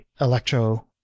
electro